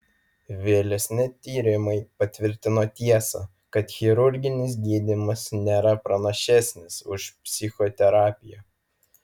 vėlesni tyrimai patvirtino tiesą kad chirurginis gydymas nėra pranašesnis už psichoterapiją